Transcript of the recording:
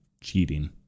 cheating